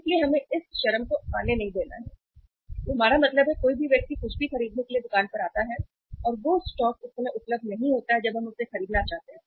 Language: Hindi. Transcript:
इसलिए हमें इस चरम को आने नहीं देना है कि हमारा मतलब है कि कोई भी व्यक्ति कुछ भी खरीदने के लिए दुकान पर आता है और वह स्टॉक उस समय उपलब्ध नहीं होता जब हम उसे खरीदना चाहते हैं